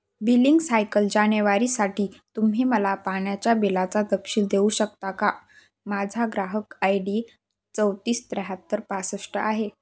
billing cycle जानेवारीसाठी तुम्ही मला पाण्याच्या बिलाचा तपशील देऊ शकता का माझा ग्राहक आय डी चौतीस त्र्याहत्तर पासष्ट आहे